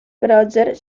roger